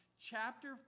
chapter